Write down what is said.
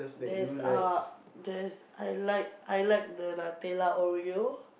there's uh there's I like I like the Nutella Oreo